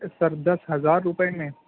سر دس ہزار روپئے میں